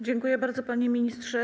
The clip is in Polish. Dziękuję bardzo, panie ministrze.